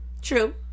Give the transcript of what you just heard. true